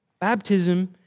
Baptism